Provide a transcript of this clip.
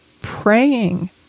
praying